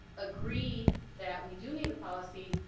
agree that we do need a policy,